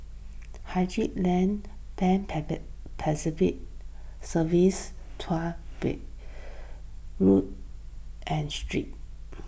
Haji Lane Pan Pacific Serviced Beach Road and Street